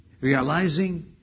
realizing